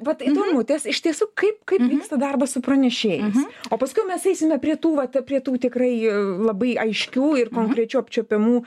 vat įdomu ties iš tiesų kaip kaip vyksta darbas su pranešėjais o paskui jau mes eisime prie tų vat prie tų tikrai labai aiškių ir konkrečių apčiuopiamų